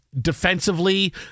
defensively